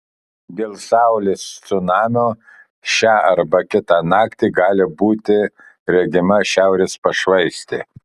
dėl saulės cunamio šią arba kitą naktį gali būti regima šiaurės pašvaistė